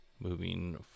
Moving